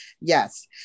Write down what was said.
yes